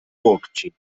łokci